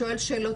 שואל שאלות,